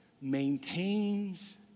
maintains